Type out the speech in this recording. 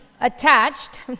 attached